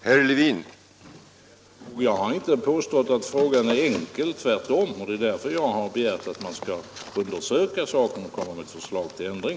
Herr talman! Jag har inte påstått att frågan är enkel, tvärtom. Det är därför jag har begärt att man skall undersöka saken och komma med ett förslag till ändring.